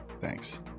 Thanks